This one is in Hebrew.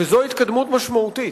וזו התקדמות משמעותית.